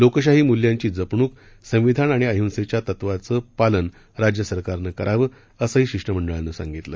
लोकशाही मूल्यांची जपणूक संविधान आणि अहिंसेच्या तत्त्वाचं पालन राज्य सरकारन करावं असंही शिष्टमंडळानं सांगितलं